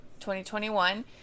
2021